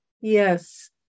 Yes